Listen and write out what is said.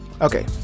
Okay